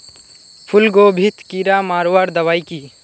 फूलगोभीत कीड़ा मारवार दबाई की?